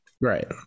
right